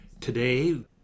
today